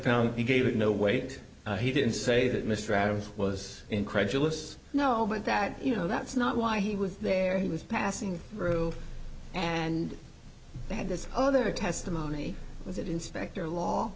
found he gave it no weight he didn't say that mr adams was incredulous you know but that you know that's not why he was there he was passing through and they had this other testimony was it in specter law